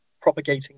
propagating